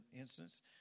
instance